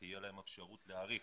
תהיה להם אפשרות להאריך,